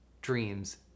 dreams